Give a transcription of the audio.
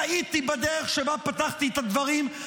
טעיתי בדרך שבה פתחתי את הדברים,